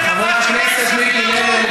חבר הכנסת מיקי לוי,